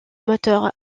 moteur